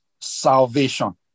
salvation